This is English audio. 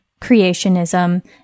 creationism